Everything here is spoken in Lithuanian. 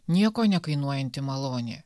nieko nekainuojanti malonė